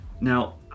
Now